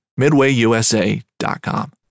MidwayUSA.com